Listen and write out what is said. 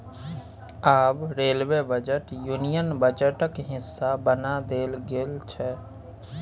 आब railway budget union बजटक हिस्सा बना देल गेल छै